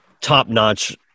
top-notch